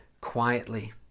quietly